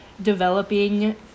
developing